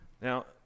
Now